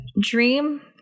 dream